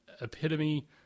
epitome